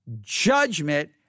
judgment